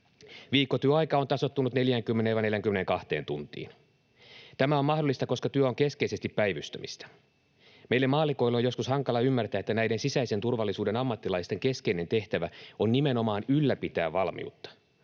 Viikkotyöaika on tasoittunut 40—42 tuntiin. Tämä on mahdollista, koska työ on keskeisesti päivystämistä. Meidän maallikkojen on joskus hankala ymmärtää, että näiden sisäisen turvallisuuden ammattilaisten keskeinen tehtävä on nimenomaan ylläpitää valmiutta.